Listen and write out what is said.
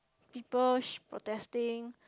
people protesting